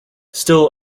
still